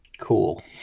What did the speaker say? cool